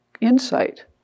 insight